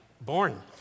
born